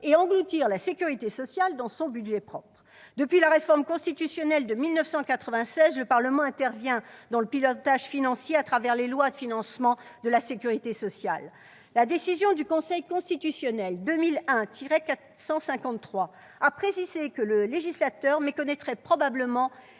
et engloutir la sécurité sociale dans son budget propre. Depuis la réforme constitutionnelle de 1996, le Parlement intervient dans le pilotage financier au travers des lois de financement de la sécurité sociale. Dans sa décision n° 2001-453 DC, le Conseil constitutionnel a précisé que le législateur méconnaîtrait probablement